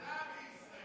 עלה בישראל.